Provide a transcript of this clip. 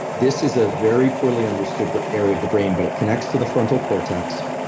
this is a very poorly understood area of the brain, but it connects to the frontal cortex,